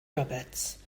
roberts